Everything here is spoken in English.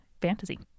fantasy